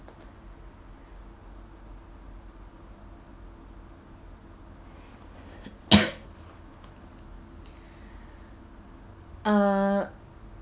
uh